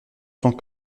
sans